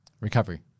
Recovery